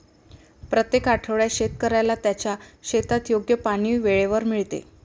प्रत्येक आठवड्यात शेतकऱ्याला त्याच्या शेतात योग्य पाणी वेळेवर मिळते